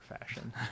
fashion